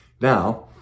Now